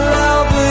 love